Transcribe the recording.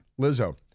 Lizzo